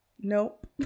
Nope